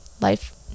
life